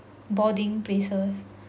boarding places